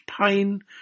pain